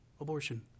Abortion